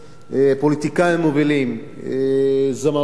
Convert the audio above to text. פוליטיקאים מובילים, זמרים.